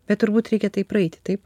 bet turbūt reikia tai praeiti tai